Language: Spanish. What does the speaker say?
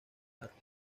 harris